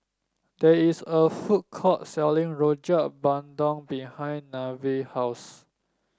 there is a food court selling Rojak Bandung behind Nevaeh house